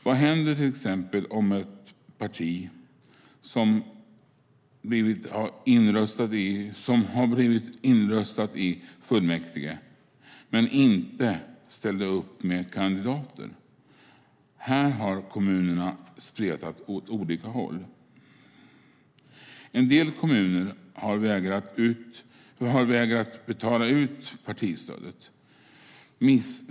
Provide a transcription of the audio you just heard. Vad händer till exempel om ett parti som har blivit inröstat i fullmäktige inte ställt upp med kandidater? Här har kommunerna spretat åt olika håll. En del kommuner har vägrat betala ut partistödet.